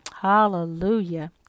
hallelujah